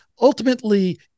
ultimately